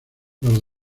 los